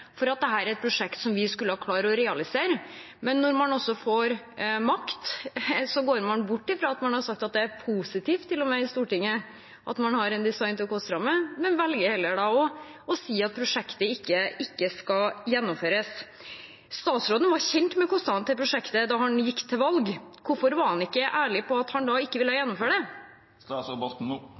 at dette er et prosjekt som vi skulle klare å realisere. Når man får makt, går man bort fra at man har sagt det er positivt, til og med i Stortinget, at man har en «design-to-cost»-ramme, men velger heller å si at prosjektet ikke skal gjennomføres. Statsråden var kjent med kostnadene ved prosjektet da han gikk til valg. Hvorfor var han ikke ærlig på at han da ikke ville gjennomføre det?